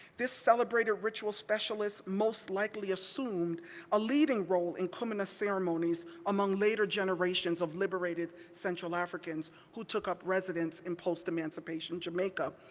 this celebrated ritual specialist most likely assumed a leading role in kumina ceremonies among later generations of liberated central africans who took up residence in post-emancipation jamaica,